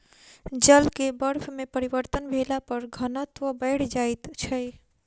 जल के बर्फ में परिवर्तन भेला पर घनत्व बैढ़ जाइत छै